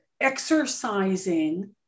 exercising